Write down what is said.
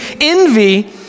Envy